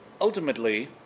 ultimately